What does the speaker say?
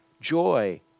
joy